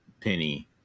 Penny